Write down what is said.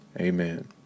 amen